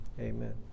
amen